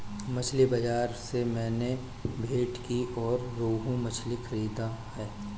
मछली बाजार से मैंने भेंटकी और रोहू मछली खरीदा है